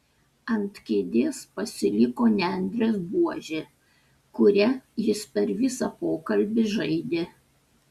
ant kėdės pasiliko nendrės buožė kuria jis per visą pokalbį žaidė